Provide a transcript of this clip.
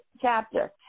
chapter